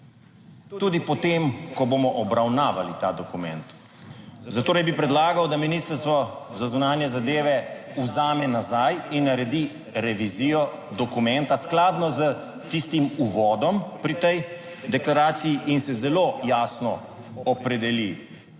tudi po tem, ko bomo obravnavali ta dokument. Zatorej bi predlagal, da Ministrstvo za zunanje zadeve vzame nazaj in naredi revizijo dokumenta skladno s tistim uvodom pri tej deklaraciji in se zelo jasno opredeli